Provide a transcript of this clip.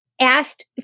asked